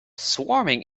swarming